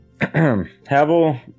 Havel